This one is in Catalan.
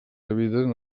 habiten